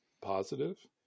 positive